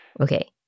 Okay